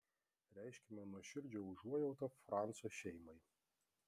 reiškiame nuoširdžią užuojautą franco šeimai